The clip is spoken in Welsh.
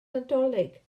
nadolig